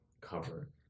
cover